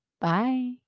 Bye